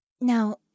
Now